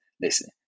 listen